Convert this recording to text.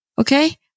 Okay